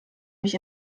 mich